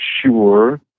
sure